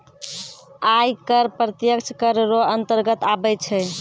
आय कर प्रत्यक्ष कर रो अंतर्गत आबै छै